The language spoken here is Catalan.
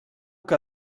que